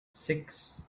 six